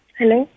hello